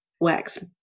wax